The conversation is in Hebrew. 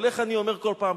אבל איך אני אומר כל פעם?